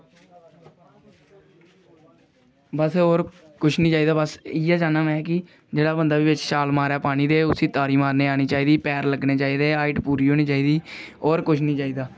बस और कुछ नेईं चाहिदा बस इयै चाहन्नां में कि जेहड़ा बंदा बी बिच छाल मारै पानी दे उसी तारी मारनी आनी चाहिदी पैर लग्गने चाहिदे हाइट पूरी होनी चाहिदी और कुछ नेंई चाहिदा